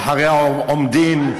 מאחוריה עומדים,